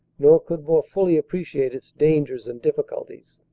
nor could more fully appreciate its dangers and difficulties.